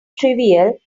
trivial